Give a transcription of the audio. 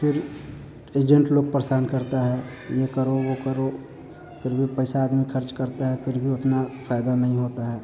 फिर एजेन्ट लोग परेशान करता है यह करो वह करो फिर भी पैसा आदमी खर्च करता है फिर भी उतना फ़ायदा नहीं होता है